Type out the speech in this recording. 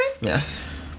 Yes